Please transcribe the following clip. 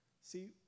See